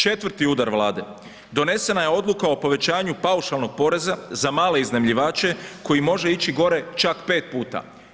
4. udar Vlade, donesena je Odluka o povećanju paušalnog poreza za male iznajmljivače koji može ići gore čak 5 puta.